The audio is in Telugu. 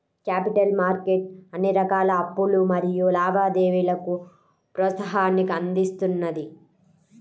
క్యాపిటల్ మార్కెట్ అన్ని రకాల అప్పులు మరియు లావాదేవీలకు ప్రోత్సాహాన్ని అందిస్తున్నది